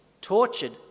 tortured